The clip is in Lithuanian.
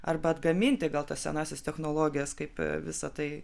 arba atgaminti gal tas senąsias technologijas kaip visa tai